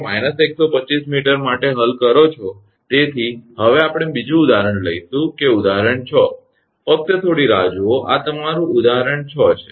તેથી જો તમે 𝑥1 −125 𝑚 માટે હલ કરો છો તેથી હવે આપણે બીજું ઉદાહરણ લઈશું કે ઉદાહરણ 6 ફક્ત થોડી રાહ જુઓ આ તમારું ઉદાહરણ 6 છે